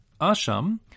asham